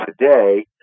today